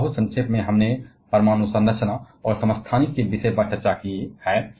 और बहुत संक्षेप में हमने परमाणु संरचना और समस्थानिक के विषय पर चर्चा की है